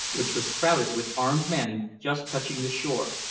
which was crowded with armed men, just touching the shore.